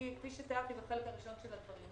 כפי שתיארתי בחלק הראשון של הדברים,